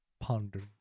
Ponder